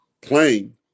playing